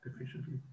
Efficiently